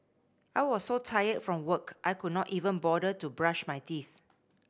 I was so tired from work I could not even bother to brush my teeth